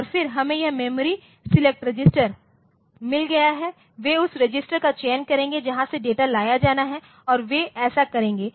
और फिर हमें यह मेमोरी सेलेक्ट रजिस्टर मिल गया है वे उस रजिस्टर का चयन करेंगे जहां से डेटा लाया जाना है और वे ऐसा करेंगे